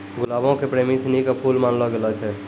गुलाबो के प्रेमी सिनी के फुल मानलो गेलो छै